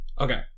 Okay